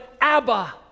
Abba